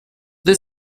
the